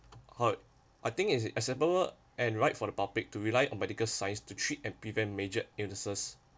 how~ I think is it acceptable and right for the public to rely on medical science to treat and prevent major illnesses